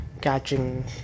catching